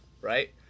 right